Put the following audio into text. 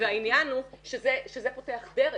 והעניין הוא שזה פותח דרך.